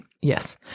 Yes